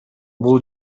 бул